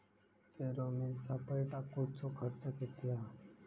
Pheromone सापळे टाकूचो खर्च किती हा?